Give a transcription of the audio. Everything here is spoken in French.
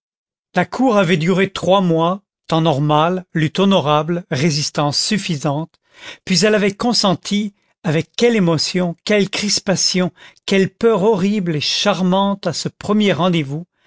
la cour avait duré trois mois temps normal lutte honorable résistance suffisante puis elle avait consenti avec quelle émotion quelle crispation quelle peur horrible et charmante à ce premier rendez-vous